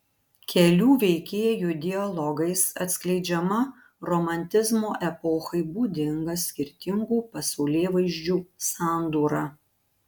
kelių veikėjų dialogais atskleidžiama romantizmo epochai būdinga skirtingų pasaulėvaizdžių sandūra